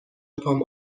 پام